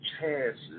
chances